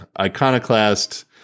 iconoclast